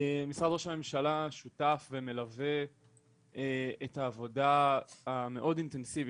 משרד ראש הממשלה שותף ומלווה את העבודה המאוד אינטנסיבית,